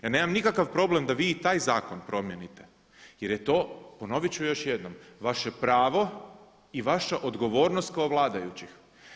Ja nemam nikakav problem da vi i taj zakon promijenite, jer je to ponovit ću još jednom vaše pravo i vaša odgovornost kao vladajućih.